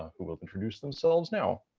who will introduce themselves now.